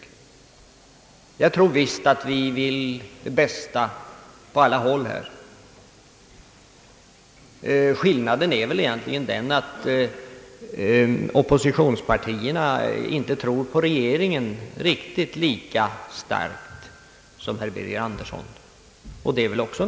Jag tror visst att vi vill det bästa på alla håll. Skillnaden är egentligen den att oppositionspartierna inte tror på regeringen lika starkt som herr Birger Andersson, och det är väl naturligt.